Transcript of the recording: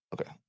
Okay